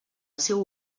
seu